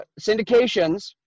syndications